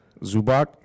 Zubak